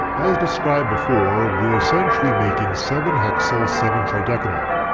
as described before we're essentially making seven hexyl seven tridecanol,